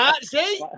See